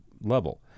level